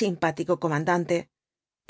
simpático comandante